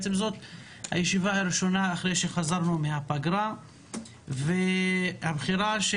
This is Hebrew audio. זו ישיבתנו הראשונה לאחר חזרתנו מהפגרה והבחירה של